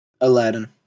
Aladdin